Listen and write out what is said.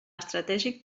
estratègic